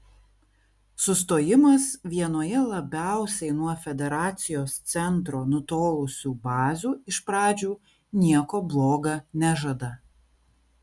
sustojimas vienoje labiausiai nuo federacijos centro nutolusių bazių iš pradžių nieko bloga nežada